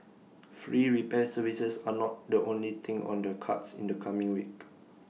free repair services are not the only thing on the cards in the coming week